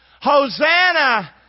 Hosanna